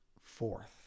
fourth